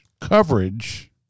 coverage